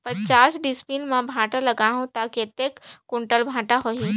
पचास डिसमिल मां भांटा लगाहूं ता कतेक कुंटल भांटा होही?